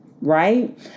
right